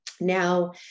Now